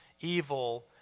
evil